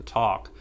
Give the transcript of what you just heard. talk